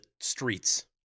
streets